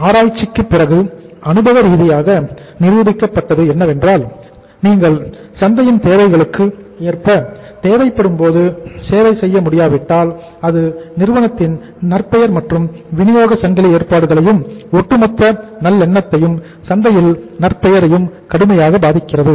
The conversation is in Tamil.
ஆராய்ச்சிக்கு பிறகு அனுபவரீதியாக நிரூபிக்கப்பட்டது என்னவென்றால் நீங்கள் சந்தையின் தேவைகளுக்கு ஏற்ப தேவைப்படும்போது சேவை செய்ய முடியாவிட்டால் அது நிறுவனத்தின் நற்பெயர் மற்றும் விநியோக சங்கிலி ஏற்பாடுகளையும் ஒட்டுமொத்த நல்லெண்ணத்தையும் சந்தையில் நற்பெயரையும் கடுமையாக பாதிக்கிறது